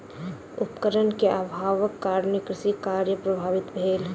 उपकरण के अभावक कारणेँ कृषि कार्य प्रभावित भेल